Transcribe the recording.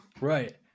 right